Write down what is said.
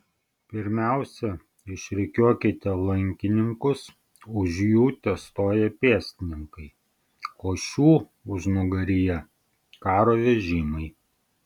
pirmiausia išrikiuokite lankininkus už jų testoja pėstininkai o šių užnugaryje karo vežimai